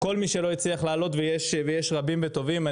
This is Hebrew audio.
כל מי שלא הצליח לעלות ויש רבים וטובים.